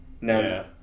No